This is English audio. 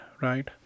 right